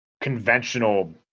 conventional